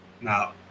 now